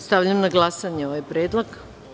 Stavljam na glasanje ovaj predlog.